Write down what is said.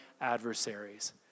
adversaries